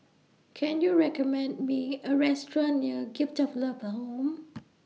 Can YOU recommend Me A Restaurant near Gift of Love Home